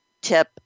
tip